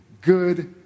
good